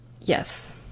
Yes